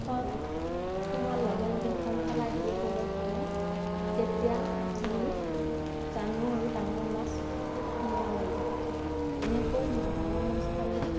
সল সোমোৱাৰ লগে লগে সলসলাই দিয়ে পলৰ ভিতৰত তেতিয়া আমি জানো আৰু ডাঙৰ মাছ সোমোৱা বুলি এনেকৈ মা ডাঙৰ মাছ পালে